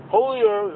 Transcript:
Holier